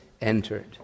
entered